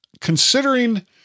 considering